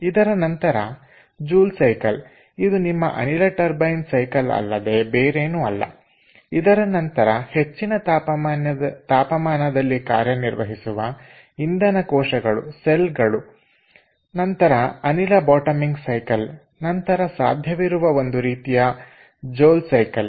ಇದರ ನಂತರ Joule cycle ಇದು ನಿಮ್ಮ ಅನಿಲ ಟರ್ಬೈನ್ ಸೈಕಲ್ ಅಲ್ಲದೆ ಬೇರೇನು ಅಲ್ಲ ಇದರ ನಂತರ ಹೆಚ್ಚಿನ ತಾಪಮಾನದಲ್ಲಿ ಕಾರ್ಯನಿರ್ವಹಿಸುವ ಇಂಧನ ಕೋಶಗಳು ನಂತರ ಅನಿಲ ಬಾಟಮಿಂಗ್ ಸೈಕಲ್ ನಂತರ ಸಾಧ್ಯವಿರುವ ಒಂದು ರೀತಿಯ ಜೌಲ್ ಸೈಕಲ್